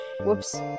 whoops